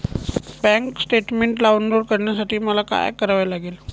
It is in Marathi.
बँक स्टेटमेन्ट डाउनलोड करण्यासाठी मला काय करावे लागेल?